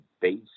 base